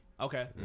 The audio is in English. Okay